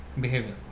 behavior